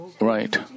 right